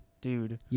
dude